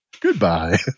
goodbye